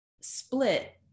split